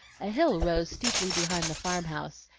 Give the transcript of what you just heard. a hill rose steeply behind the farm-house,